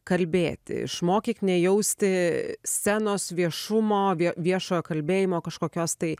kalbėti išmokyk nejausti scenos viešumo vie viešo kalbėjimo kažkokios tai